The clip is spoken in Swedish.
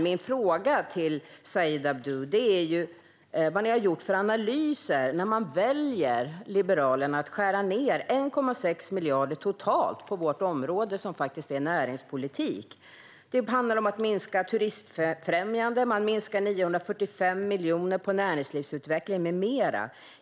Min fråga till Said Abdu är: Vad har ni i Liberalerna gjort för analyser när ni väljer att skära ned 1,6 miljarder på näringspolitikområdet? Ni minskar på turistfrämjandet, ni minskar 945 miljoner på näringslivsutveckling med mera.